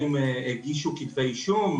האם הגישו כתבי אישום,